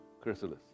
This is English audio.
chrysalis